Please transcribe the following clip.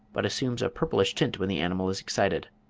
but assumes a purplish tint when the animal is excited.